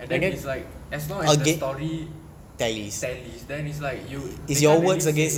and then is like as long as the story tallies then is like you can't really say what